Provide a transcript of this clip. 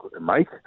Mike